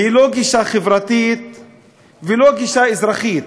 היא לא גישה חברתית והיא לא גישה אזרחית,